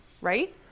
right